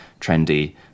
trendy